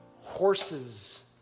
horses